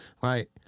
Right